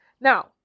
Now